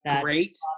Great